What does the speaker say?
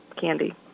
candy